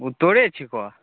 ओ तोहरे छिकऽ